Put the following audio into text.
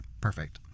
Perfect